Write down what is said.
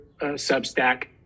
Substack